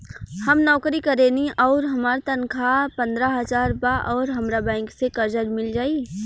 हम नौकरी करेनी आउर हमार तनख़ाह पंद्रह हज़ार बा और हमरा बैंक से कर्जा मिल जायी?